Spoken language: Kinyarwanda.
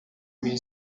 moya